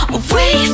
away